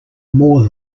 more